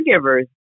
caregivers